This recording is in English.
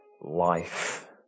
life